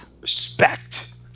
Respect